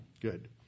Good